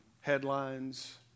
headlines